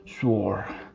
swore